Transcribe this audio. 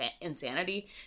insanity